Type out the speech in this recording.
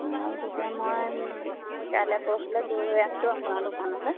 অঁ তেতিয়া মই কাইলে পৰহিলৈ গৈ আছোঁ আপোনাৰ দোকানলৈ